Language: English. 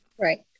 Right